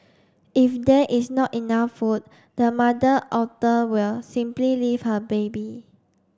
if there is not enough food the mother Otter will simply leave her baby